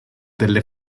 delle